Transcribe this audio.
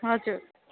हजुर